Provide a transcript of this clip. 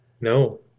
No